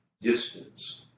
distance